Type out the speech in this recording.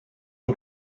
une